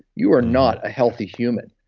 you are not a healthy human.